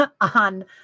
on